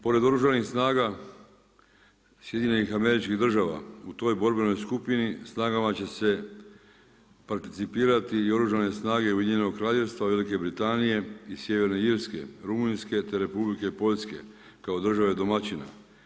Pored oružanih snaga SAD-a, u toj borbenoj skupini snagama će se participirati i oružane snage Ujedinjenog kraljevstva Velike Britanije i sjeverne Irske, Rumunjske, te Republike Poljske kao države domaćina.